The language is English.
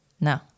No